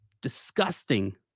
disgusting